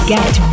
Get